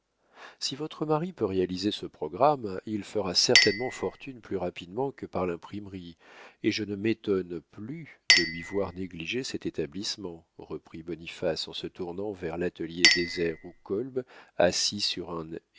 si votre mari peut réaliser ce programme il fera certainement fortune plus rapidement que par l'imprimerie et je ne m'étonne plus de lui voir négliger cet établissement reprit boniface en se tournant vers l'atelier désert où kolb assis sur un